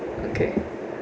okay